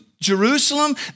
Jerusalem